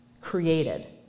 created